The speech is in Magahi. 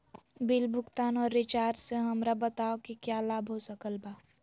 बिल भुगतान और रिचार्ज से हमरा बताओ कि क्या लाभ हो सकल बा?